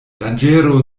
danĝero